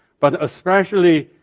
but especially